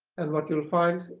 and but you'll find